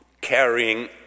carrying